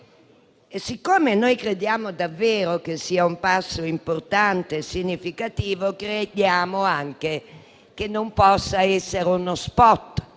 siccome noi crediamo davvero che sia un passo importante, significativo, crediamo anche che non possa essere uno *spot*,